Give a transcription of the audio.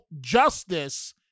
justice